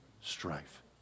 strife